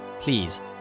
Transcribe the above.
Please